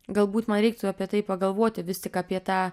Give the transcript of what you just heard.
galbūt man reiktų apie tai pagalvoti vis tik apie tą